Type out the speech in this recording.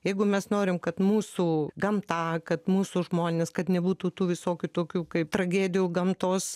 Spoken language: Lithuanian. jeigu mes norim kad mūsų gamta kad mūsų žmonės kad nebūtų tų visokių tokių kaip tragedijų gamtos